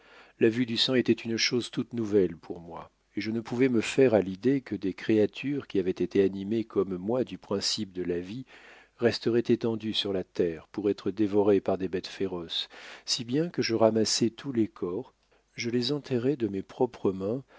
la vue du sang était une chose toute nouvelle pour moi et je ne pouvais me faire à l'idée que des créatures qui avaient été animées comme moi du principe de la vie resteraient étendues sur la terre pour être dévorées par des bêtes féroces si bien que je ramassai tous les corps je les enterrai de mes propres mains